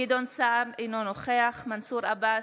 גדעון סער, אינו נוכח מנסור עבאס,